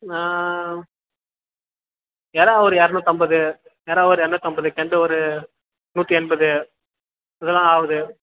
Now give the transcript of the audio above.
எறால் ஒரு இரநூத்தம்பது எறால் ஒரு இரநூத்தம்பது நண்டு ஒரு நூற்றி எண்பது இதெல்லாம் ஆகுது